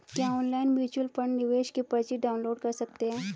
क्या online mutual fund निवेश की पर्ची डाउनलोड कर सकते हैं?